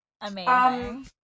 Amazing